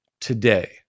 today